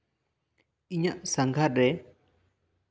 ᱤᱧᱟᱹᱜ ᱥᱟᱸᱜᱷᱟᱨ ᱨᱮ